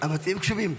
המציעים קשובים.